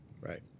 right